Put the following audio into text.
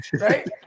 right